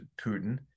Putin